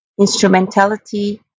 instrumentality